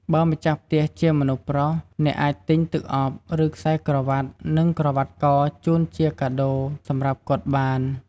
បើម្ចាស់ផ្ទះជាមនុស្សប្រុស អ្នកអាចទិញទឹកអប់ ឬខ្សែក្រវ៉ាត់ និងក្រវ៉ាត់ក ជូនជាកាដូរសម្រាប់គាត់បាន។